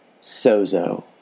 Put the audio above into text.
sozo